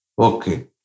Okay